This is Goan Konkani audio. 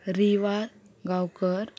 रिवा गांवकर